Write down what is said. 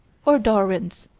or darwin's.